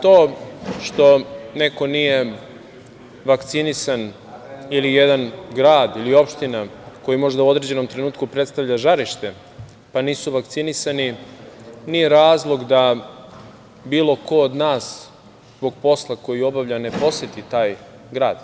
To što neko nije vakcinisan ili jedan grad ili opština koji možda u određenom trenutku predstavlja žarište pa nisu vakcinisani, nije razlog da bilo ko od nas zbog posla koji obavlja ne poseti taj grad.